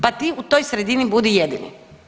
Pa ti u toj sredini budi jedini.